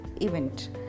event